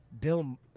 Bill